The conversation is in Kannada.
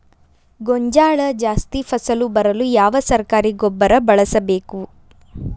ಗೋಂಜಾಳ ಜಾಸ್ತಿ ಫಸಲು ಬರಲು ಯಾವ ಸರಕಾರಿ ಗೊಬ್ಬರ ಬಳಸಬೇಕು?